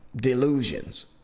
delusions